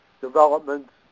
developments